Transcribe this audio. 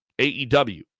AEW